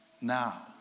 now